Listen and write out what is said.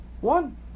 one